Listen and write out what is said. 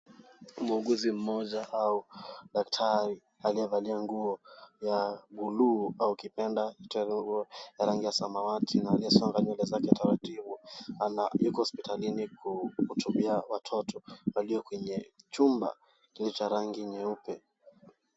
Muuguzi mmoja au daktari aliyevalia nguo ya buluu au kipenda ya rangi ya samawati na aliyesonga nywele zake taratibu ana yuko hospitalini kutulia watoto walio kwenye chumba kilicho rangi nyeupe.